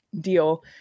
deal